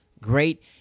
great